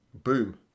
Boom